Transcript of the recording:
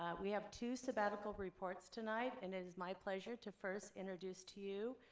we have two sabbatical reports tonight and it is my pleasure to first introduce to you,